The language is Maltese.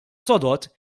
sodod